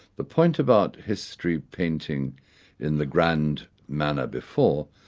the point about history painting in the grand manner before,